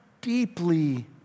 deeply